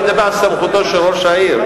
אני מדבר על סמכותו של ראש העיר,